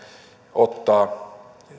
ottaa